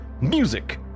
music